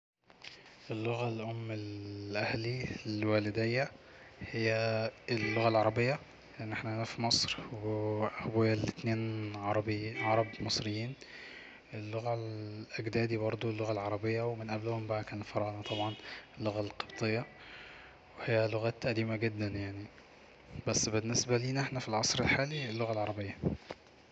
اللغة الأم لاهلي لوالديا هي اللغة العربية لأن احنا هنا في مصر وابويا الاتنين عربيين عرب مصريين اللغة لاجدادي برضو اللغة العربية ومن قبلهم كانو الفراعنة طبعا اللغة القبطية وهي لغات قديمه جدا بس بالنسبة لينا في العصر الحالي اللغة العربية